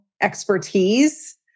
expertise